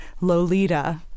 Lolita